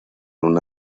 una